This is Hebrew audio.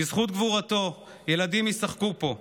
בזכות גבורתו ילדים ישחקו פה,